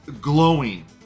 glowing